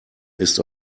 ist